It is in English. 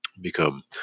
become